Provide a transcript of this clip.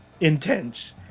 intense